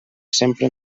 sempre